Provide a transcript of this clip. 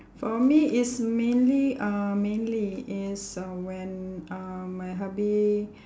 for me is mainly uh mainly is uh when uh my hubby